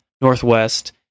Northwest